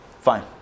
Fine